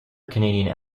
canadian